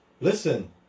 Listen